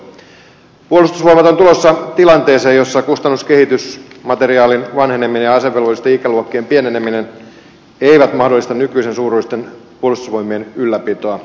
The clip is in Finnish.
puolustusvoimat on tulossa tilanteeseen jossa kustannuskehitys materiaalin vanheneminen ja asevelvollisten ikäluokkien pieneneminen eivät mahdollista nykyisen suuruisten puolustusvoimien ylläpitoa